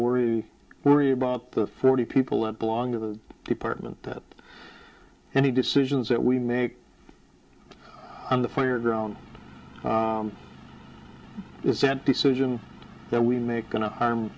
worry worry about the forty people that belong to the department that any decisions that we make and the fire ground is that decision that we make